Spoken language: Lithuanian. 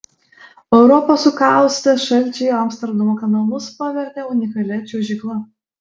europą sukaustę šalčiai amsterdamo kanalus pavertė unikalia čiuožykla